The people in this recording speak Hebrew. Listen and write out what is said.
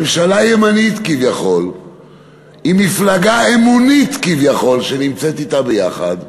ממשלה ימנית כביכול עם מפלגה אמונית כביכול שנמצאת אתה ביחד.